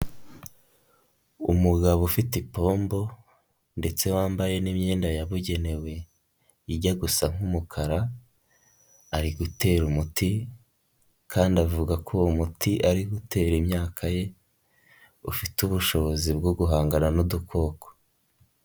Umugabo ufite ipombo ndetse wambaye n'imyenda yabugenewe ijya gusa nk'umukara ari gutera umuti kandi avuga ko uwo muti ari gutera imyaka ye ufite ubushobozi bwo guhangana n'udukoko.